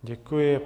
Děkuji.